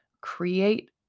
create